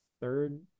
third